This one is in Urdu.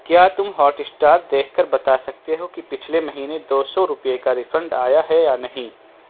کیا تم ہاٹ اسٹار دیکھ کر بتا سکتے ہو کہ پچھلے مہینے دو سو روپئے کا ریفنڈ آیا ہے یا نہیں